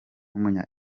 w’umunya